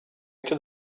into